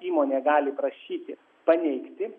įmonė gali prašyti paneigti